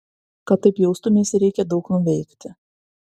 kad taip jaustumeisi reikia daug nuveikti